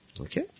Okay